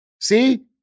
See